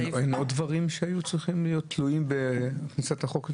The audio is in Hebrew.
יש עוד דברים שצריכים להיות תלויים בכניסת החוק לתוקף?